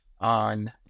on